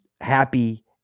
happy